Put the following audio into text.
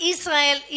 Israel